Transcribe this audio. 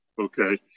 Okay